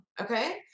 Okay